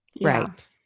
Right